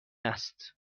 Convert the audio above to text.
است